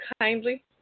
kindly